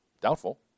Doubtful